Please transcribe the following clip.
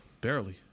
Barely